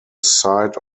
site